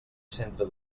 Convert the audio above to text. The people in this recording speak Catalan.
centre